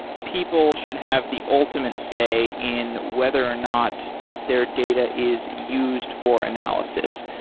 people should have the ultimate say in whether or not their data is used for analysis.